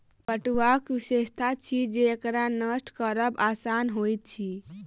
पटुआक विशेषता अछि जे एकरा नष्ट करब आसान होइत अछि